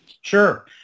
Sure